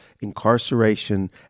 incarceration